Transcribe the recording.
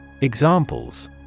Examples